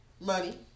Money